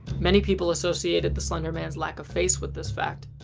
many people associated the slender man's lack of face with this fact.